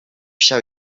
ҫав